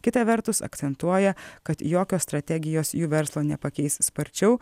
kita vertus akcentuoja kad jokios strategijos jų verslo nepakeis sparčiau